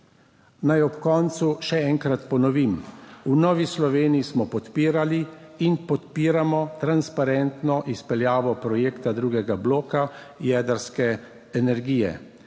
Naj ob koncu še enkrat ponovim; v Novi Sloveniji smo podpirali in podpiramo transparentno izpeljavo projekta drugega bloka jedrske energije,